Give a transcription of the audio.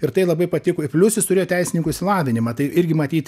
ir tai labai patiko i plius jis turėjo teisininko išsilavinimą tai irgi matyt